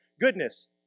goodness